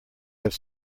have